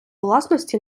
власності